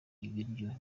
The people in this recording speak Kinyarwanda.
ibiryo